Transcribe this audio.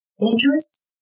dangerous